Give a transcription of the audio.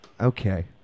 Okay